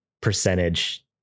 percentage